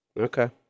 Okay